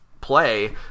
play